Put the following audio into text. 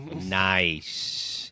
Nice